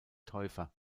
täufer